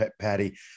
Patty